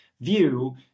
view